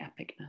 epicness